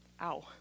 Ow